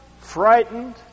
frightened